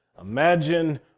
Imagine